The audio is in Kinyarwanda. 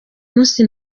munsi